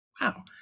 Wow